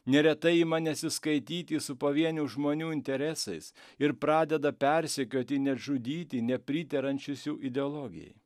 neretai ima nesiskaityti su pavienių žmonių interesais ir pradeda persekioti nežudyti nepriderančius jų ideologijai